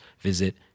visit